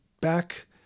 back